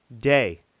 day